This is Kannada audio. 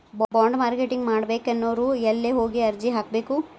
ಬಾಂಡ್ ಮಾರ್ಕೆಟಿಂಗ್ ಮಾಡ್ಬೇಕನ್ನೊವ್ರು ಯೆಲ್ಲೆ ಹೊಗಿ ಅರ್ಜಿ ಹಾಕ್ಬೆಕು?